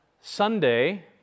Sunday